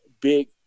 big